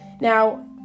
Now